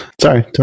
Sorry